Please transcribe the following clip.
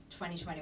2021